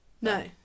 No